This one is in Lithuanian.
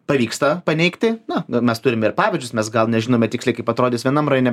pavyksta paneigti na mes turime ir pavyzdžius mes gal nežinome tiksliai kaip atrodys vienam rajone bet mes puikiai matome